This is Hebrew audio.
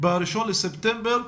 ב-1 בספטמבר,